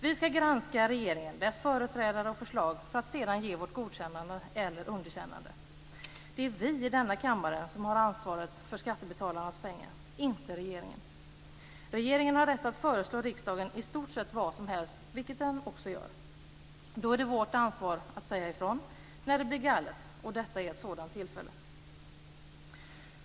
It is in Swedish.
Vi skall granska regeringen, dess företrädare och förslag för att sedan ge vårt godkännande eller underkännande. Det är vi i denna kammare som har ansvaret för skattebetalarnas pengar, inte regeringen. Regeringen har rätt att föreslå riksdagen i stort sett vad som helst, vilket den också gör. Då är det vårt ansvar att säga ifrån när det blir galet. Detta är ett sådant tillfälle.